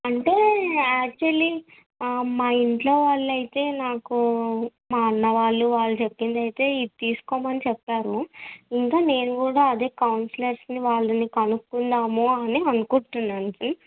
అంటే యాక్చువల్లీ మా ఇంట్లో వాళ్ళయితే నాకు మా అన్న వాళ్ళు వాళ్ళు చెప్పింది అయితే ఇది తీసుకోమని చెప్పారు ఇంకా నేను కూడా అదే కౌన్సిలర్స్ని వాళ్ళని కనుక్కుందాము అని అనుకుంటున్నాను